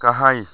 गाहाय